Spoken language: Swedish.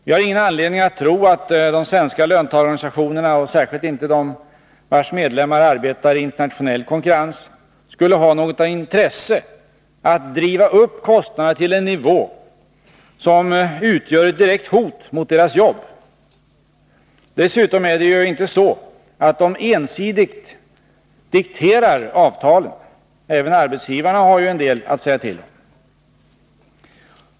Vi har ingen anledning att tro att de svenska löntagarorganisationerna, och särskilt inte de vilkas medlemmar arbetar i internationell konkurrens, skulle ha något intresse av att driva upp kostnaderna till en nivå som utgör ett direkt hot mot deras jobb. Dessutom är det ju inte så att de ensidigt dikterar avtalen. Även arbetsgivarna har en del att säga till om.